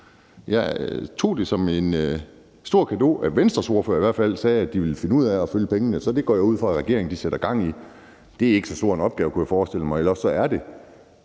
Jeg tog det som en stor cadeau, at Venstres ordfører i hvert fald sagde, at de ville finde ud af at følge pengene. Så det går jeg ud fra at regeringen sætter gang i. Det er ikke så stor en opgave, kunne jeg forestille mig. Eller også er det.